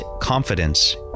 confidence